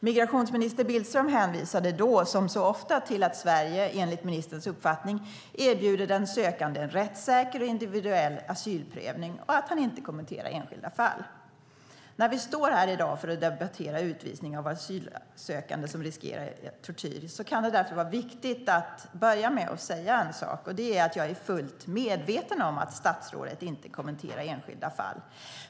Migrationsminister Billström hänvisade då - som så ofta - till att Sverige enligt ministerns uppfattning erbjuder den sökande en rättssäker och individuell asylprövning och till att han inte kommenterar enskilda fall. När vi i dag står här för att debattera utvisning av asylsökande som riskerar tortyr kan det därför vara viktigt att jag börjar med att säga att jag är fullt medveten om att statsrådet inte kommenterar enskilda fall.